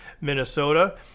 minnesota